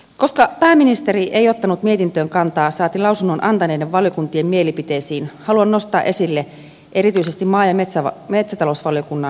koska pääministeri ei ottanut mietintöön kantaa saati lausunnon antaneiden valiokuntien mielipiteisiin haluan nostaa esille erityisesti maa ja metsätalousvaliokunnan lausunnon